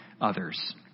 others